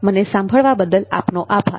મને સાંભળવા બદલ આપનો આભાર